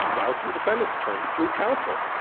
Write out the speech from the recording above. now it's the defendant's turn, through counsel.